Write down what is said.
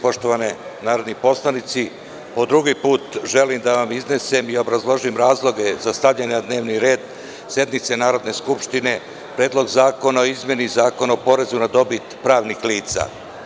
Poštovani narodni poslanici, po drugi put želim da vam iznesem i obrazložim razloge za stavljanje na dnevni red sednice Narodne skupštine Predlog zakona o izmeni Zakona o porezu na dobit pravnih lica.